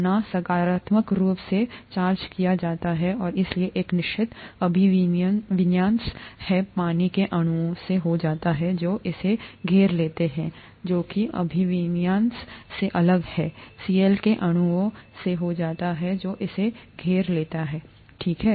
ना सकारात्मक रूप से चार्ज किया जाता है और इसलिए एक निश्चित अभिविन्यास है पानी के अणुओं से होता है जो इसे घेर लेते हैं जो कि अभिविन्यास से अलग है Cl के अणुओं से होता है जो इसे घेर लेता है ठीक है